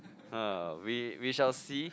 hmm we we shall see